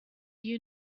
you